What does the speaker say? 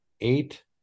eight